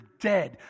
dead